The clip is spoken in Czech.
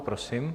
Prosím.